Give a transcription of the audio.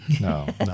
No